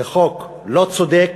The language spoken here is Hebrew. זה חוק לא צודק.